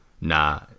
nah